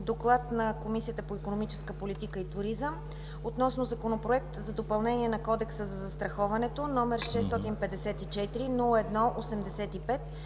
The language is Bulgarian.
Доклад на Комисията по икономическа политика и туризъм относно Законопроект за допълнение на Кодекса за застраховането, № 654-01-85,